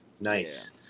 Nice